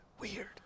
weird